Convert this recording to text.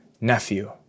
Nephew